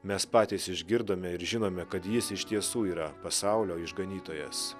mes patys išgirdome ir žinome kad jis iš tiesų yra pasaulio išganytojas